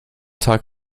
tag